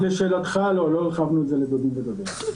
לשאלתך, לא הרחבנו את זה לדודים ודודות.